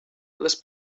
les